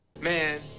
Man